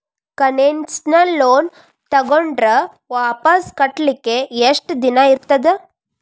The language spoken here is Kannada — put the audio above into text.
ಕನ್ಸೆಸ್ನಲ್ ಲೊನ್ ತಗೊಂಡ್ರ್ ವಾಪಸ್ ಕಟ್ಲಿಕ್ಕೆ ಯೆಷ್ಟ್ ದಿನಾ ಇರ್ತದ?